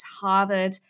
Harvard